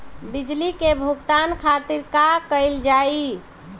बिजली के भुगतान खातिर का कइल जाइ?